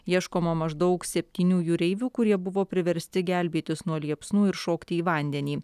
ieškoma maždaug septynių jūreivių kurie buvo priversti gelbėtis nuo liepsnų ir šokti į vandenį